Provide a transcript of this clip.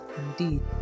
indeed